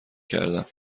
کردم